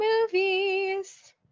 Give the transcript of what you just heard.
Movies